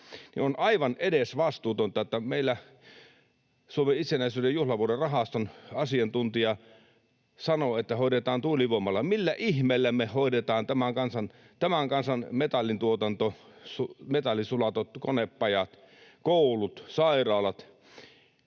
on aivan edesvastuutonta, että meillä Suomen itsenäisyyden juhlavuoden rahaston asiantuntija sanoo, että se hoidetaan tuulivoimalla. Millä ihmeellä me hoidetaan tämän kansan metallintuotanto, metallisulatot, konepajat, koulut, sairaalat?